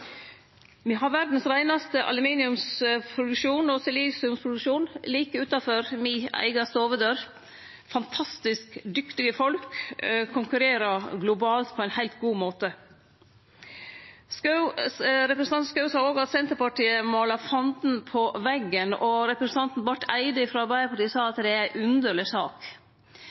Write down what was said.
Me har den reinaste aluminiumproduksjonen og silisiumproduksjonen i verda, like utanfor mi eiga stovedør. Fantastisk dyktige folk konkurrerer globalt på ein god måte. Representanten Schou sa òg at Senterpartiet målar fanden på veggen, og representanten Barth Eide frå Arbeidarpartiet sa at dette er ei underleg sak.